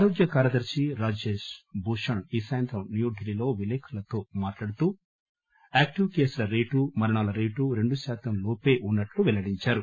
ఆరోగ్య కార్యదర్ని రాజేష్ భూషణ్ ఈ సాయంత్రం న్యూఢిల్లీలో విలేకరులతో మాట్లాడుతూ యాక్టివ్ కేసుల రేటు మరణాల రేటు రెండు శాతం లోప ఉన్నట్లు పెల్లడించారు